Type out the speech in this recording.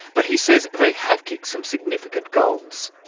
but he says they have kicked some significant goals.